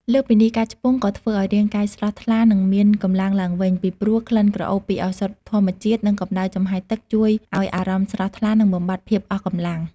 លើសពីនេះ ការឆ្ពង់ក៏ធ្វើឲ្យរាងកាយស្រស់ថ្លា និងមានកម្លាំងឡើងវិញ ពីព្រោះក្លិនក្រអូបពីឱសថធម្មជាតិ និងកម្ដៅចំហាយទឹកជួយឲ្យអារម្មណ៍ស្រស់ថ្លា និងបំបាត់ភាពអស់កម្លាំង។